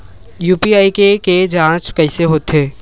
UPI के के जांच कइसे होथे?